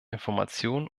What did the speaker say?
information